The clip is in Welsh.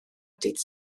dydd